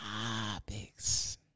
topics